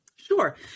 Sure